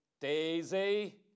Daisy